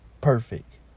perfect